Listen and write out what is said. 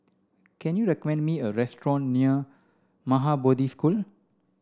can you recommend me a restaurant near Maha Bodhi School